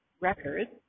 records